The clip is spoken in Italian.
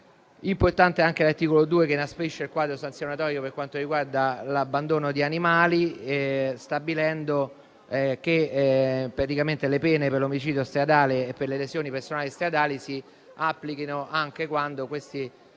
Importante è anche l'articolo 2, che inasprisce il quadro sanzionatorio per quanto riguarda l'abbandono di animali, stabilendo che le pene per l'omicidio stradale e per le lesioni personali stradali si applichino anche quando questi